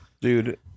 Dude